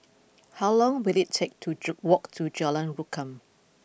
how long will it take to Ju walk to Jalan Rukam